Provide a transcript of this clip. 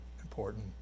important